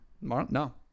No